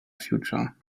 future